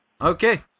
Okay